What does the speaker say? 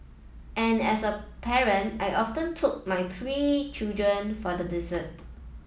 and as a parent I often took my three children for the dessert